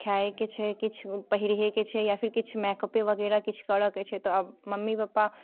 खाय के छै किछु पहिरहे के छै या फेर किछु मेकपे वगेर किछु करऽ के छै तऽ आब मम्मी पपा